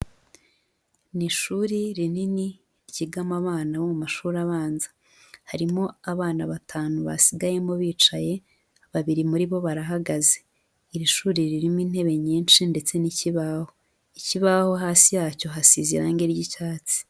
Mu ishuri rinini kigamo abana bo mu mashuri abanza, harimo abana batanu basigayemo bicaye babiri muri bo barahagaze, iri shuri ririmo intebe nyinshi ndetse n'ikibaho, ikibaho hasi yacyo hasize irangi ry'icyatsi.